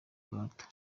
gahato